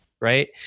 right